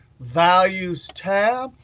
values tab,